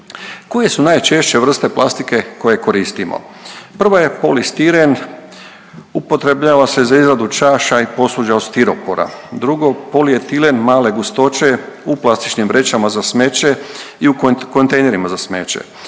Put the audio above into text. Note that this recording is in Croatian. Koje su najčešće vrste plastike koje koristimo? Prvo je je polistiren. Upotrebljava se za izradu čaša i posuđa od stiropora. Drugo, polietilen male gustoće u plastičnim vrećama za smeće i u kontejnerima za smeće,